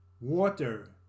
water